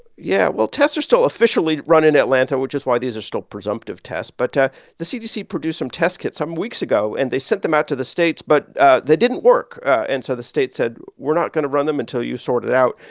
yeah. well, tests are still officially run in atlanta, which is why these are still presumptive tests. but the cdc produced some test kits some weeks ago, and they sent them out to the states. but they didn't work. and so the states said, we're not going to run them until you sort it out.